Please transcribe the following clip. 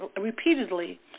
repeatedly